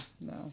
no